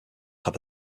have